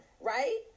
right